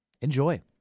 Enjoy